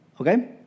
Okay